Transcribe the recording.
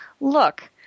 look –